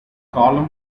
column